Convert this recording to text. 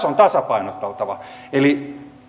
on tasapainoteltava